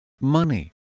Money